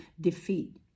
defeat